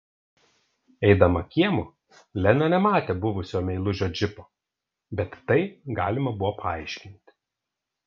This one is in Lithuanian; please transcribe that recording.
eidama kiemu lena nematė buvusio meilužio džipo bet tai galima buvo paaiškinti